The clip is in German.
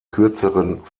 kürzeren